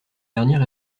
derniers